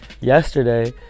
yesterday